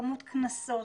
כמות קנסות,